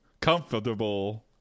comfortable